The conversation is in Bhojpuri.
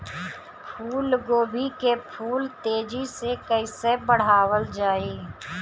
फूल गोभी के फूल तेजी से कइसे बढ़ावल जाई?